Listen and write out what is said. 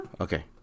Okay